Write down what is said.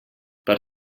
per